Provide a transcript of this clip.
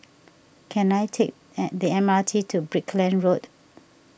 can I take the M R T to Brickland Road